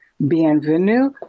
Bienvenue